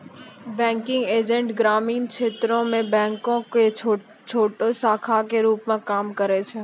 banking agent ग्रामीण क्षेत्रो मे बैंको के छोटो शाखा के रुप मे काम करै छै